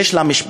יש לה משפחתון,